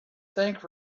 think